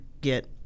get